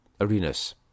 arenas